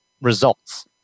results